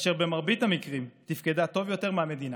אשר במרבית המקרים תפקדו טוב יותר מהמדינה.